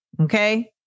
Okay